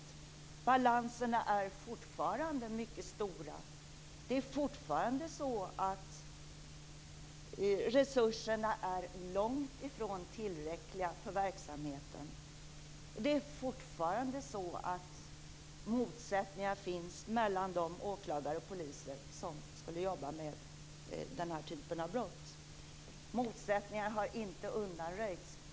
Balanserna är fortfarande mycket stora. Det är fortfarande så att resurserna är långt ifrån tillräckliga för verksamheten. Det är fortfarande så att motsättningar finns mellan de åklagare och poliser som skulle jobba med den här typen av brott. Motsättningarna har inte undanröjts.